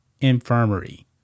infirmary